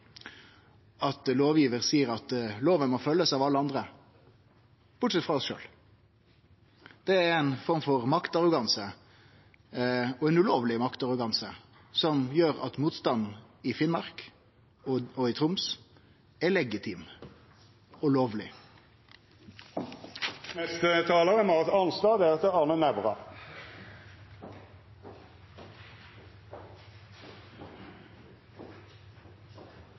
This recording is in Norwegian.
at lovgivar seier at alle må følgje loven, bortsett frå oss. Det er ei form for maktarroganse, ein ulovleg maktarroganse, som gjer at motstanden i Finnmark og Troms er legitim og lovleg. Representanten Tveiten Benestad snakket om det absurde. Det absurde i denne saken er